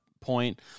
point